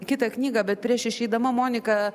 kitą knygą bet prieš išeidama monika